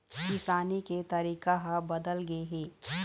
किसानी के तरीका ह बदल गे हे